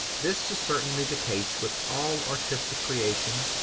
this is certainly the case with all artistic creation,